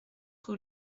rue